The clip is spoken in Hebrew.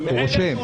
הוא רושם.